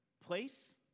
Place